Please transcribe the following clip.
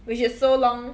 which is so long